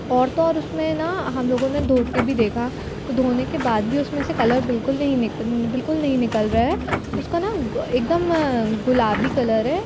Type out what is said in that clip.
और तो और उसमें ना हम लोगों ने धोके भी देखा तो धोने के बाद भी उसमें से कलर बिल्कुल नहीं बिल्कुल नहीं निकल रहा है उसका ना एकदम गुलाबी कलर है